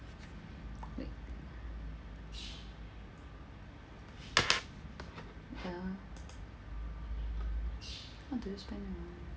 eh wait ah how do you